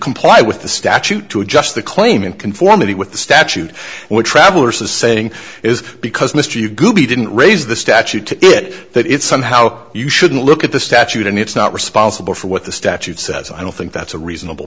comply with the statute to adjust the claim in conformity with the statute which travelers is saying is because mr you goopy didn't raise the statute to it that it's somehow you shouldn't look at the statute and it's not responsible for what the statute says i don't think that's a reasonable